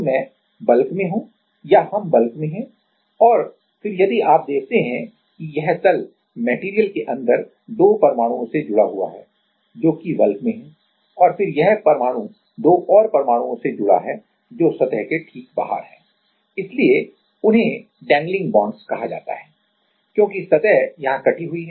तो मैं बल्क में हूं या हम बल्क में हैं और फिर यदि आप देखते हैं कि यह तल मेटेरियल के अंदर 2 परमाणुओं से जुड़ा हुआ है जो कि बल्क में है और फिर यह परमाणु दो और परमाणुओं से जुड़ा है जो सतह के ठीक बाहर है इसलिए उन्हें डैंगलिंग बांड्स dangling bondsकहा जाता है क्योंकि सतह यहाँ कटी हुई है